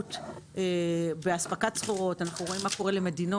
עצמאות באספקת סחורות אנחנו רואים מה קורה למדינות